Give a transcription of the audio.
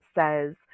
says